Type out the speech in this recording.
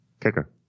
Kicker